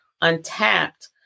untapped